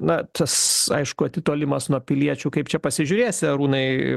na tas aišku atitolimas nuo piliečių kaip čia pasižiūrėsi arūnai